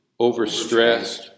overstressed